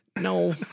no